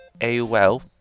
AOL